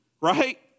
Right